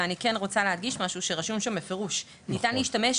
ואני רוצה להדגיש שרשום שם בפירוש: ניתן להשתמש